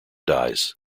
dies